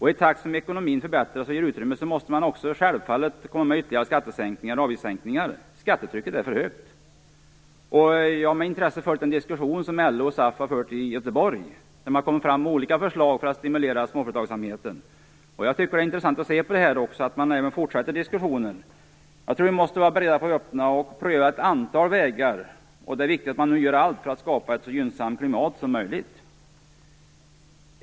I takt med att ekonomin förbättras och ger utrymme för det måste det självfallet till ytterligare skatte och avgiftssänkningar, för skattetrycket är för högt. Jag har med intresse följt den diskussion som LO och SAF har fört i Göteborg. Man har kommit med olika förslag för att stimulera småföretagsamheten. Det är intressant, och det är bra att diskussionen fortsätter. Vi måste vara öppna och vara beredda att pröva ett antal vägar. Det är viktigt att man gör allt för att skapa ett så gynnsamt klimat som möjligt.